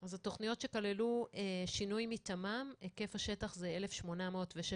זה תכניות שכללו שינוי מתמ"מ היקף השטח זה 1,816